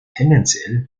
tendenziell